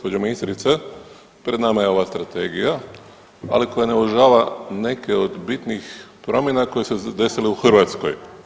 Gospođo ministrice, pred nama je ova strategija ali koja ne uvažava neke od bitnih promjene koje su se desile u Hrvatskoj.